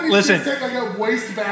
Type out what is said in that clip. Listen